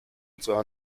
unserer